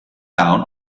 down